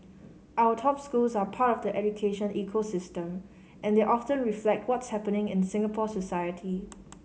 our top schools are part of the education ecosystem and they often reflect what's happening in Singapore society